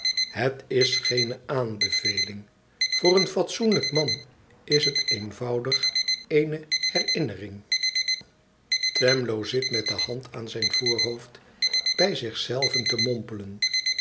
het is geene aanbeveling voor een fatsoenlijk man is het eenvoudig eene herinnering twemlow zit met de hand aan zijn voorhoofd bij zich zelven te mompelen